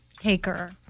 taker